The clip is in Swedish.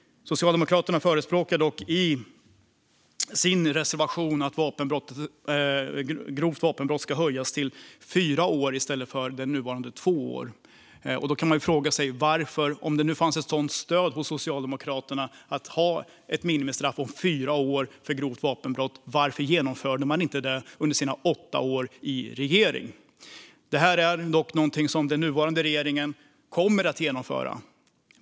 Socialdemokraterna förespråkar dock i sin reservation att straffet för grovt vapenbrott ska höjas till fyra år från nuvarande två år. Då kan man fråga sig: Om det nu fanns ett sådant stöd hos Socialdemokraterna för att ha ett minimistraff om fyra år för grovt vapenbrott, varför genomförde man då inte det under sina åtta år i regering? Det här är dock någonting som den nuvarande regeringen kommer att genomföra.